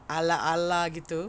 ala ala gitu